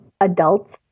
Adults